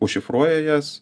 užšifruoja jas